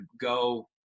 go